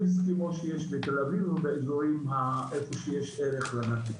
כמו שיש בתל אביב או באזורים שבהם יש ערך לנדל"ן.